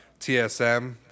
TSM